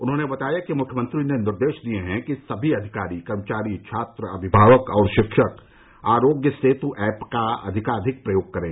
उन्होंने बताया कि मुख्यमंत्री ने निर्देश दिये हैं कि सभी अधिकारी कर्मचारी छात्र अभिभावक शिक्षक आरोग्य सेतु ऐप का अधिकाधिक प्रयोग करें